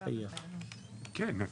כן,